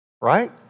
right